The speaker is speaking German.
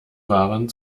waren